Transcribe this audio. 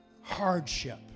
hardship